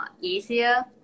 easier